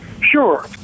Sure